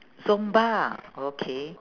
zumba ah okay